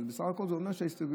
אבל בסך הכול זה אומר שההסתייגויות